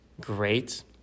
great